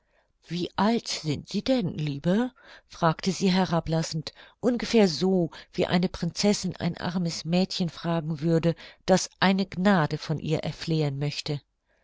wie alt sind sie denn liebe fragte sie herablassend ungefähr so wie eine prinzessin ein armes mädchen fragen würde das eine gnade von ihr erflehen möchte